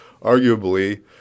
Arguably